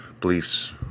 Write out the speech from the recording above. beliefs